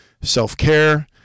self-care